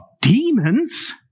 demons